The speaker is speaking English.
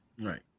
right